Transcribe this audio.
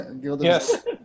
yes